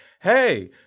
hey